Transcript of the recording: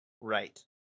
Right